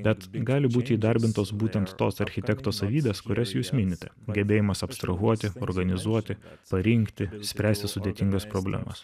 bet gali būti įdarbintos būtent tos architekto savybės kurias jūs minite gebėjimas abstrahuoti organizuoti parinkti spręsti sudėtingas problemas